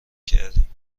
کردیم